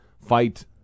fight